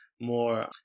more